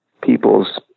people's